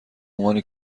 عنوان